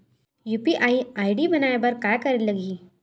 UPI ID बनाये बर का करे ल लगही?